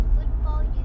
football